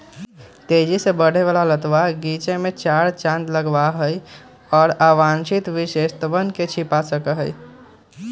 तेजी से बढ़े वाला लतवा गीचे में चार चांद लगावा हई, और अवांछित विशेषतवन के छिपा सका हई